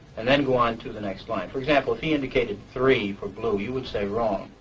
and then go on to the next line. for example, if he indicated three for blue you would say wrong,